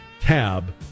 tab